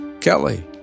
Kelly